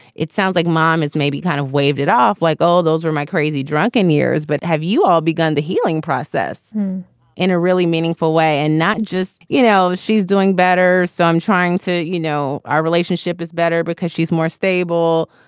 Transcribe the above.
it sounds like mom is maybe kind of waved it off like all those are my crazy drunken years. but have you all begun the healing process in a really meaningful way and not just, you know, she's doing better. so i'm trying to. you know, our relationship is better because she's more stable.